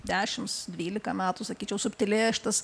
dešimt dvylika metų sakyčiau subtilėja šitas